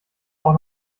auch